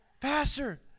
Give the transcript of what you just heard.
Pastor